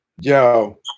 Yo